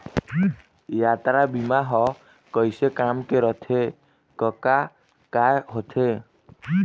यातरा बीमा ह कइसे काम के रथे कका काय होथे?